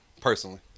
Personally